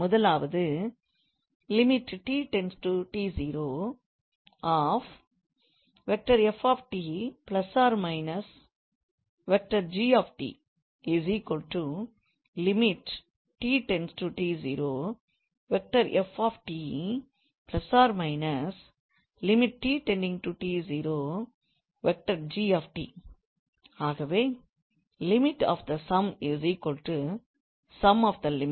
முதலாவது ஆகவே limit of the sum sum of the limit